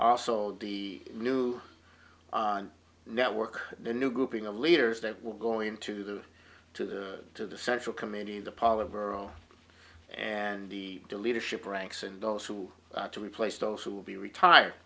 also the new network the new grouping the leaders that will go into the to the to the central committee the politburo and the leadership ranks and those who are to replace those who will be retired